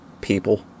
people